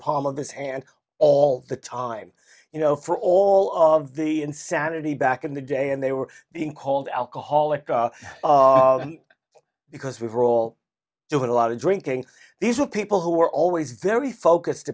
palm of his hand all the time you know for all of the insanity back in the day and they were being called alcoholic because we were all doing a lot of drinking these were people who were always very focused